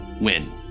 win